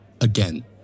again